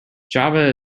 java